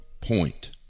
point